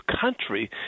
country